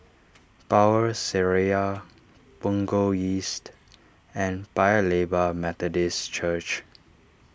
Power Seraya Punggol East and Paya Lebar Methodist Church